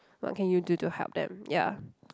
what can you do to help them ya